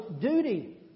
duty